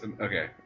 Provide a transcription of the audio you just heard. Okay